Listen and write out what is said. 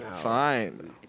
Fine